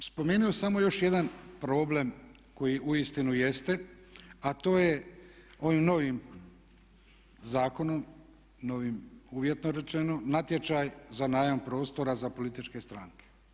Ovdje bih spomenuo samo još jedan problem koji uistinu jeste a to je onim novim zakonom, novim uvjetno rečeno, natječaj za najam prostora za političke stranke.